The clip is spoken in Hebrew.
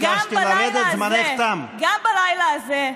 חברת הכנסת תמר זנדברג.